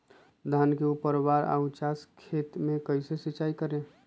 धान के ऊपरवार या उचास खेत मे कैसे सिंचाई करें?